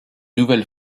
nouvelle